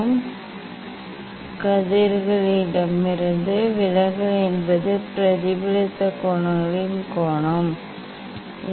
இது நேரடி கதிர்களிடமிருந்து விலகல் என்பது பிரதிபலித்த கதிர்களின் கோணம் என்ன